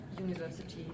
universities